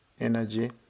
energy